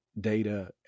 data